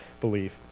believe